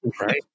Right